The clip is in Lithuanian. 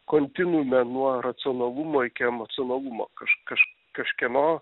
kontinuume nuo racionalumo iki emocionalumo kaž kaž kažkieno